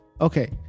okay